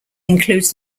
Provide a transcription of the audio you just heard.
includes